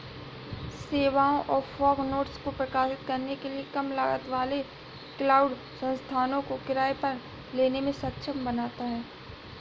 सेवाओं और fog nodes को प्रकाशित करने के लिए कम लागत वाले क्लाउड संसाधनों को किराए पर लेने में सक्षम बनाता है